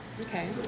okay